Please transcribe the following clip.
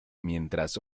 mientras